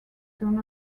soon